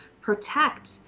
protect